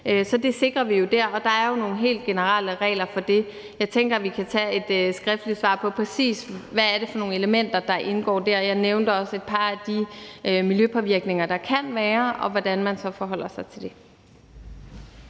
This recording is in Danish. Så det sikrer vi jo der, og der er nogle helt generelle regler for det. Jeg tænker, at vi kan give et skriftligt svar på, præcis hvad det er for nogle elementer, der indgår der. Jeg nævnte også et par af de miljøpåvirkninger, der kan være, og hvordan man så forholder sig til dem.